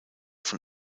von